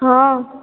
हॅं